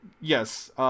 Yes